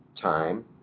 time